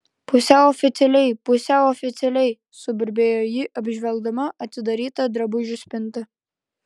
pusiau oficialiai pusiau oficialiai suburbėjo ji apžvelgdama atidarytą drabužių spintą